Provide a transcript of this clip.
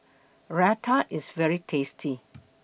Raita IS very tasty